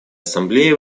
ассамблеи